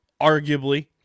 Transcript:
arguably